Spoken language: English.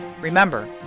Remember